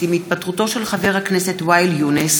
עם התפטרותו של חבר הכנסת ואאל יונס,